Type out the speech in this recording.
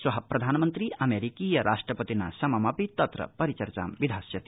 श्व प्रधानमन्त्री अमेरिकीय राष्ट्रपतिना सममपि तत्र परिचर्चां विधास्यति